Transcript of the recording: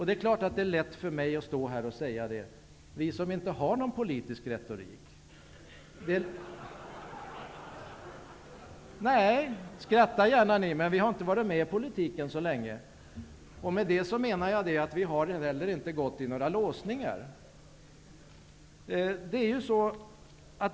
Det är klart att det är lätt för mig att stå här och säga det, eftersom vårt parti inte har någon politisk retorik. Skratta gärna ni, men vi har inte varit med i politiken så länge. Med det menar jag att vi heller inte har gått in i några låsningar.